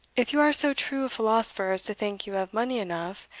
if you are so true a philosopher as to think you have money enough,